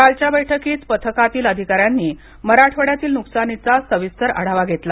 कालच्या बैठकीत पथकातील अधिकाऱ्यांनी मराठवाड्यातील नुकसानीचा सविस्तर आढावा घेतला